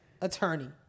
attorney